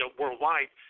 worldwide